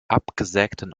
absägten